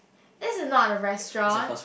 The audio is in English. it is not a restaurant